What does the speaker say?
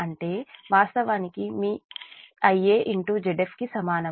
అంటే వాస్తవానికి ఈ మీ IA Zf కు సమానం